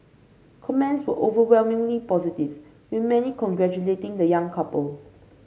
comments were overwhelmingly positive with many congratulating the young couple